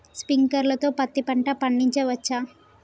Sprinkler తో పత్తి పంట పండించవచ్చా?